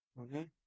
Okay